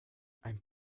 ein